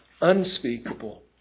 unspeakable